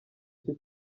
cyo